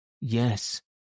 Yes